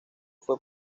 fue